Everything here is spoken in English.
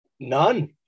None